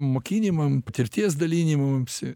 mokinimam patirties dalinimamsi